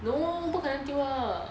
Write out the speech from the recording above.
no 不能可丢的